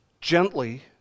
gently